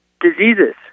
Diseases